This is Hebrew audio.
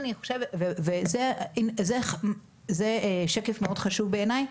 זה שקף מאוד חשוב בעיניי,